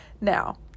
Now